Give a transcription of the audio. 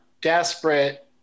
desperate